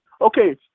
Okay